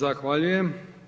Zahvaljujem.